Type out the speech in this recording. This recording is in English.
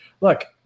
look